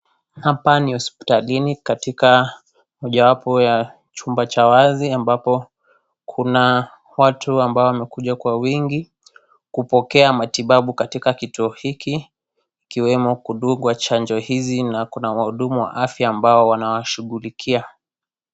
Hapa ni hospitalini katika mojawapo ya chumba cha wazi ambapo kuna watu ambao wamekuja kwa wingi kupokea matibabu katika kituo hiki kiwemo kudungwa chanjo hizi, na kuna wahudumu wa fya ambao wanashughulikia.